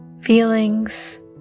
feelings